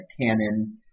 Canon